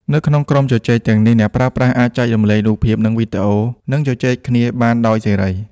នៅក្នុងក្រុមជជែកទាំងនេះ អ្នកប្រើប្រាស់អាច ចែករំលែករូបភាព និងវីដេអូ និងជជែកគ្នាបានដោយសេរី។